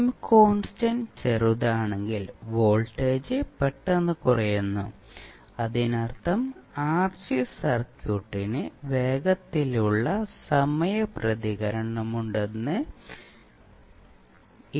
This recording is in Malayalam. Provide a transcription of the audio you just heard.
ടൈം കോൺസ്റ്റന്റ് ചെറുതാണെങ്കിൽ വോൾട്ടേജ് പെട്ടെന്ന് കുറയുന്നു അതിനർത്ഥം ആർസി സർക്യൂട്ടിന് വേഗത്തിലുള്ള സമയ പ്രതികരണമുണ്ടെന്നാണ്